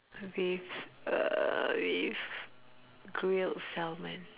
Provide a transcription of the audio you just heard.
with uh with grilled salmon